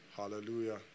Hallelujah